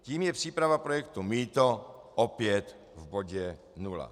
Tím je příprava projektu mýto opět v bodě nula.